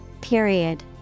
period